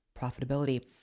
profitability